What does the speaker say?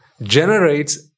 generates